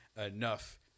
enough